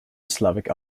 slavic